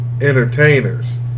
entertainers